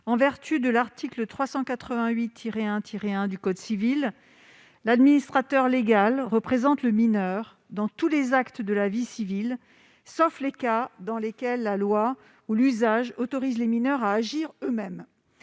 en vertu de l'article 388-1-1 du code civil, « l'administrateur légal représente le mineur dans tous les actes de la vie civile, sauf les cas dans lesquels la loi ou l'usage autorise les mineurs à agir eux-mêmes